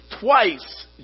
twice